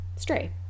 stray